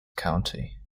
county